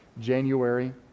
January